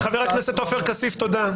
חבר הכנסת עופר כסיף, תודה.